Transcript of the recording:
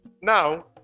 Now